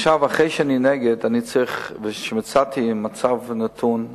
אחרי שאני נגד ואחרי שמצאתי מצב נתון,